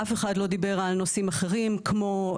אף אחד לא דיבר על נושאים אחרים כמו,